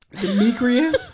Demetrius